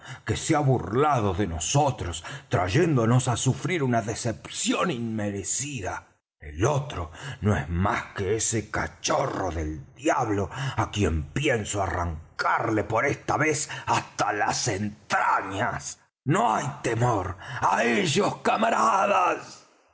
que se ha burlado de nosotros trayéndonos á sufrir una decepción inmerecida el otro no es más que ese cachorro del diablo á quien pienso arrancarle por esta vez hasta las entrañas no hay temor á ellos camaradas